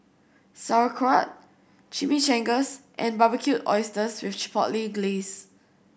Sauerkraut Chimichangas and Barbecued Oysters with Chipotle Glaze